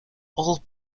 all